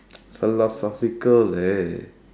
philosophical eh